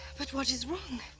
but what is wrong?